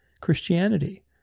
christianity